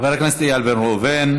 חבר הכנסת איל בן ראובן.